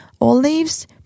olives